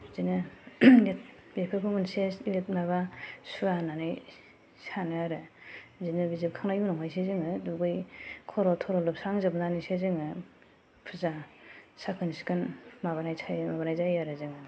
बिदिनो बेफोरबो मोनसे माबा सुवा होननानै सानो आरो बिदिनो बे जोबखांनायनि उनावहायसो जोङो दुगै खर' थर' लोबस्रांजोबनानैसो जोङो फुजा साखोन सिखोन माबानाय थायो माबानाय जायो आरो जोङो